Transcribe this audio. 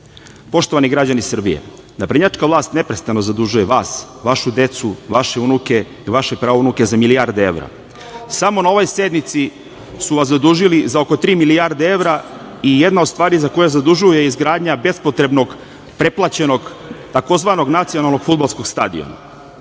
grupe. Poštovani građani Srbije, naprednjačka vlast neprestano zadužuje vas, vašu decu, vaše unuke i vaše praunuke za milijarde evra. Samo na ovoj sednici su vas zadužili za oko tri milijarde evra i jedna od stvari za koju vas zadužuju je izgradnja bespotrebnog pretplaćenog tzv. nacionalnog fudbalskog stadiona. On